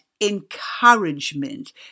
encouragement